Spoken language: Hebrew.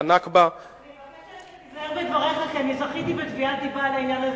ה"נכבה" אני מבקשת שתיזהר בדבריך כי אני זכיתי בתביעת דיבה בעניין הזה.